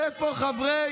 איפה חברי